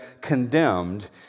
condemned